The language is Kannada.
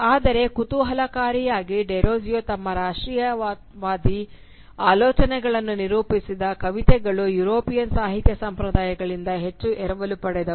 ಆದರೆ ಕುತೂಹಲಕಾರಿಯಾಗಿ ಡೆರೋಜಿಯೊ ತಮ್ಮ ರಾಷ್ಟ್ರೀಯವಾದಿ ಆಲೋಚನೆಗಳನ್ನು ನಿರೂಪಿಸಿದ ಕವಿತೆಗಳು ಯುರೋಪಿಯನ್ ಸಾಹಿತ್ಯ ಸಂಪ್ರದಾಯಗಳಿಂದ ಹೆಚ್ಚು ಎರವಲು ಪಡೆದವು